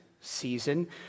season